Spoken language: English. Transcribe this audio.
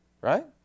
Right